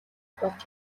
болж